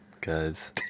Guys